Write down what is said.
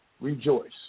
rejoice